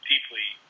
deeply